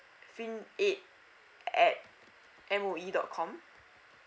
think it at M O E dot com